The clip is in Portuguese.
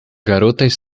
garotas